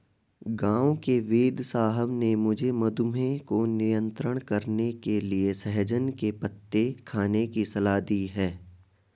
गांव के वेदसाहब ने मुझे मधुमेह को नियंत्रण करने के लिए सहजन के पत्ते खाने की सलाह दी है